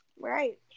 Right